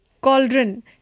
Cauldron